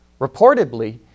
Reportedly